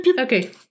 Okay